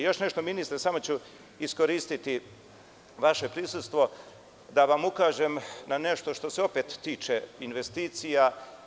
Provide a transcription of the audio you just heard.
Još nešto ministre, samo ću iskoristiti vaše prisustvo da vam ukažem na nešto što se opet tiče investicija.